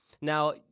Now